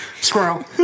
Squirrel